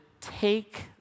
take